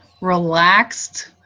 relaxed